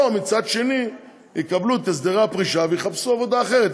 או יקבלו את הסדרי הפרישה ויחפשו עבודה אחרת.